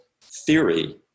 theory